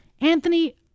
Anthony